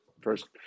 first